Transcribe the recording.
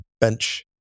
bench